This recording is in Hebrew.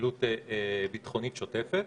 פעילות ביטחונית שוטפת.